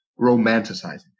romanticizing